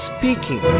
Speaking